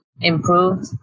improved